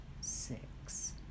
six